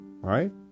right